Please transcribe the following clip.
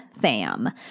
fam